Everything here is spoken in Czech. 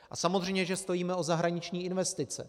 A samozřejmě že stojíme o zahraniční investice.